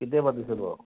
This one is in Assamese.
কেতিয়া পাতিছে বাৰু